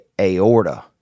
aorta